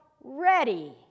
ready